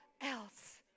else